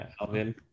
Alvin